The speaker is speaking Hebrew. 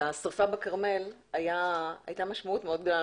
לשריפה בכרמל הייתה משמעות מאוד גדולה.